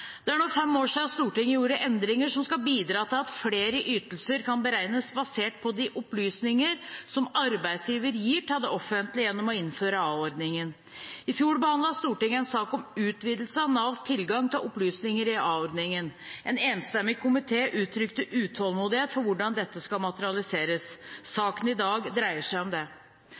Det er nå fem år siden Stortinget gjorde endringer som skal bidra til at flere ytelser kan beregnes basert på de opplysningene som arbeidsgiver gir til det offentlige gjennom å innføre a-ordningen. I fjor behandlet Stortinget en sak om utvidelse av Navs tilgang til opplysninger i a-ordningen. En enstemmig komité uttrykte utålmodighet for hvordan dette skal materialiseres. Saken i dag dreier seg om det.